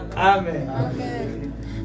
Amen